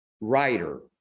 writer